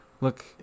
look